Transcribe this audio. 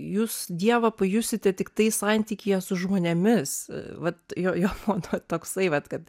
jūs dievą pajusite tiktai santykyje su žmonėmis vat jo jo moto toksai vat kad